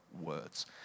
words